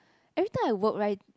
every time I work like